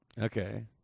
Okay